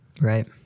right